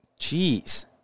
Jeez